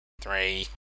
Three